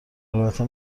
البته